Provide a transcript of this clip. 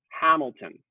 hamilton